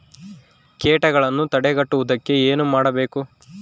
ಕೇಟಗಳನ್ನು ತಡೆಗಟ್ಟುವುದಕ್ಕೆ ಏನು ಮಾಡಬೇಕು?